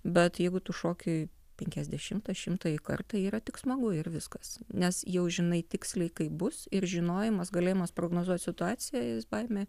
bet jeigu tu šoki penkiasdešimtą šimtąjį kartą yra tik smagu ir viskas nes jau žinai tiksliai kaip bus ir žinojimas galėjimas prognozuot situaciją jis baimę